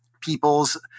people's